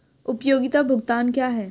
उपयोगिता भुगतान क्या हैं?